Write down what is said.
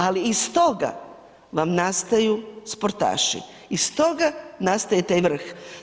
Ali iz toga vam nastaju sportaši, iz toga nastaje taj vrh.